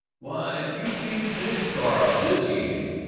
why, you needn't take the car out this evening.